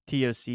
TOC